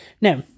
Now